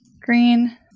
Green